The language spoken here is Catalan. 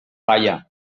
falla